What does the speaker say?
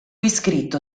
iscritto